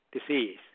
disease